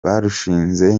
barushinze